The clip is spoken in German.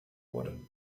wurde